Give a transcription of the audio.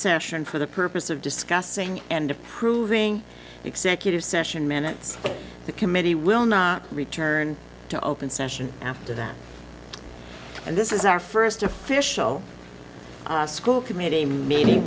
session for the purpose of discussing and approving executive session minutes the committee will not return to open session after that and this is our first official school committee m